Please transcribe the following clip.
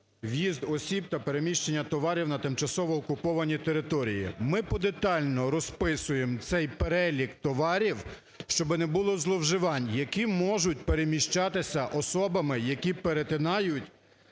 в'їзд осіб та переміщення товарів на тимчасово окуповані території". Ми подетально розписуємо цей перелік товарів, щоб не було зловживань, які можуть переміщатися особами, які перетинають,